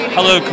Hello